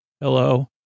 Hello